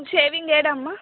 shaving లేదా అమ్మ